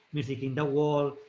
music in the world,